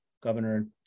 Governor